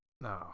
No